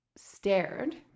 stared